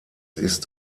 ist